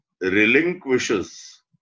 relinquishes